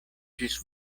ĝis